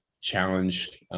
challenge